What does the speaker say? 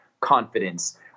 confidence